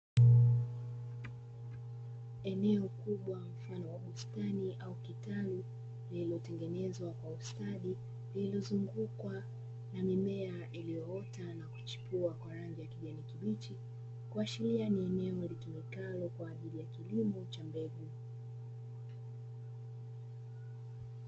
Eneo kubwa mfano wa bustani au kitalu iliyotengenezwa kwa ustadi, lililozungukwa na mimea iliyoota na kuchipua kwa rangi ya kijani kibichi, kuashiria ni eneo litumikalo kwa ajili ya kilimo cha mbegu.